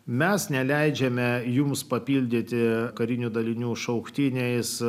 mes neleidžiame jums papildyti karinių dalinių šauktiniais